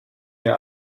wir